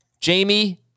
Jamie